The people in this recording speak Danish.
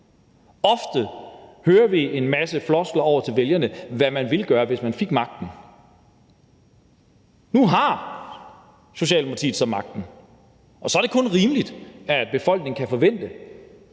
Ofte hører vi en masse floskler til vælgerne om, hvad man ville gøre, hvis man fik magten. Nu har Socialdemokratiet så magten, og så er det kun rimeligt, at befolkningen kan forvente,